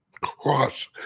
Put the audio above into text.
cross